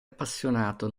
appassionato